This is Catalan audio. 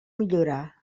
millorar